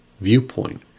viewpoint